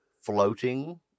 floating